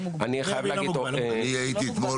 דיברתי